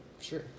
Sure